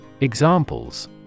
Examples